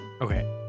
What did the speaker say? Okay